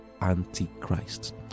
Antichrist